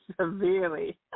severely